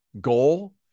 goal